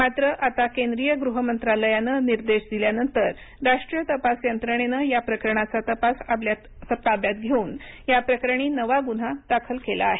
मात्र आता केंद्रीय गृहमंत्रालयानं निर्देश दिल्यानंतर राष्ट्रीय तपास यंत्रणेनं या प्रकरणाचा तपास आपल्या ताब्यात घेऊनया प्रकरणी नवा गुन्हा दाखल केला आहे